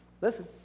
listen